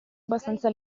abbastanza